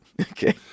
Okay